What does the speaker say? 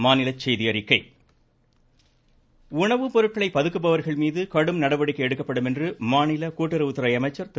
ராஜு உணவுப்பொருட்களை பதுக்குபவர்கள் மீது கடும் நடவடிக்கை எடுக்கப்படும் என மாநில கூட்டுறவுத்துறை அமைச்சர் திரு